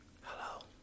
Hello